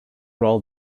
roll